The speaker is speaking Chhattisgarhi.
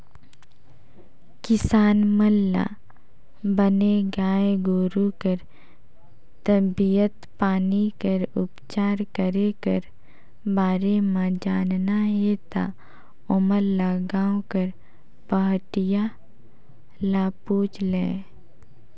किसान मन ल बने गाय गोरु कर तबीयत पानी कर उपचार करे कर बारे म जानना हे ता ओमन ह गांव कर पहाटिया ल पूछ लय